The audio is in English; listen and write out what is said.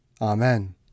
Amen